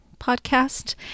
Podcast